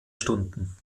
stunden